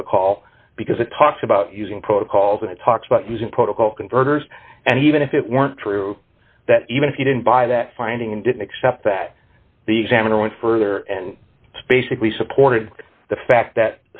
protocol because it talks about using protocols and it talks about using protocol converters and even if it weren't true that even if you didn't buy that finding and didn't accept that the examiner went further and basically supported the fact that